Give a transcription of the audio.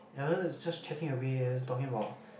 and we were just chatting away and is talking about